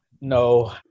No